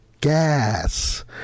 gas